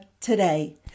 today